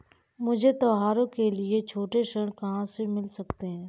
मुझे त्योहारों के लिए छोटे ऋण कहाँ से मिल सकते हैं?